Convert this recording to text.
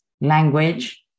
language